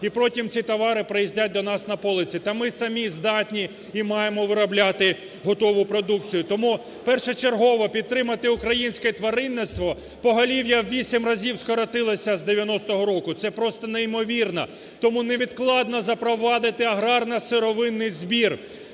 і потім ці товари приїздять до нас на полиці. Та ми самі здатні і маємо виробляти готову продукцію. Тому першочергово підтримати українське тваринництво, поголів'я в 8 разів скоротилося з 1990 року, це просто неймовірно. Тому невідкладно запровадити аграрно-сировинний збір,